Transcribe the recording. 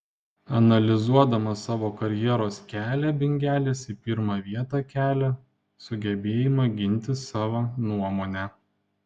analizuodamas savo karjeros kelią bingelis į pirmą vietą kelia sugebėjimą ginti savą nuomonę